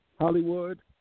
Hollywood